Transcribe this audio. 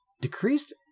Decreased